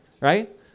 Right